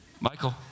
Michael